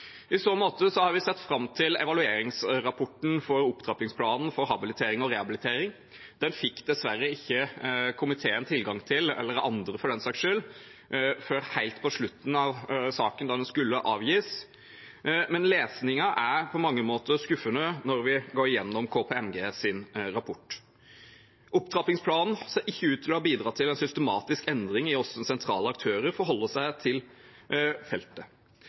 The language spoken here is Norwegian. I så måte har vi sett fram til evalueringsrapporten for opptrappingsplanen for habilitering og rehabilitering. Den fikk dessverre ikke komiteen tilgang til – heller ikke andre, for den saks skyld – før helt på slutten, da saken skulle avgis, men lesningen er på mange måter skuffende når vi går igjennom KPMGs rapport. Opptrappingsplanen ser ikke ut til å ha bidratt til en systematisk endring i hvordan sentrale aktører forholder seg til feltet.